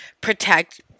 protect